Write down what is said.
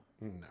No